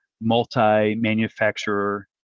multi-manufacturer